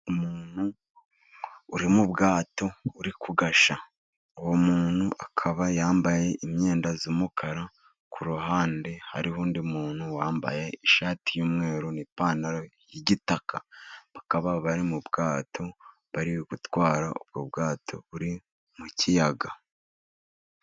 Umuntu uri mu bwato uri kugashya, uwo muntu akaba yambaye imyenda y'umukara kuruhande hariho undi muntu wambaye ishati y'umweru n'ipantaro y'igitaka. Bakaba bari mu bwato bari gutwara ubwo bwato buri mu kiyaga.